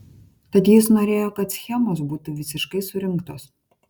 tad jis norėjo kad schemos būtų visiškai surinktos